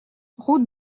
route